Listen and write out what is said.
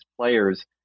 players